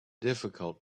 difficult